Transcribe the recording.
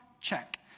Check